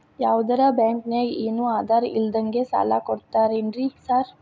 ಯಾವದರಾ ಬ್ಯಾಂಕ್ ನಾಗ ಏನು ಆಧಾರ್ ಇಲ್ದಂಗನೆ ಸಾಲ ಕೊಡ್ತಾರೆನ್ರಿ ಸಾರ್?